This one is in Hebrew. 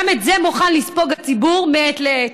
גם את זה מוכן לספוג הציבור מעת לעת.